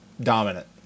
dominant